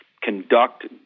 conduct